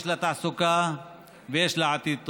יש לה תעסוקה ויש לה עתיד טוב.